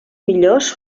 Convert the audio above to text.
millors